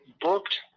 booked